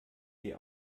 die